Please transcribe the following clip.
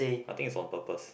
I think is on purpose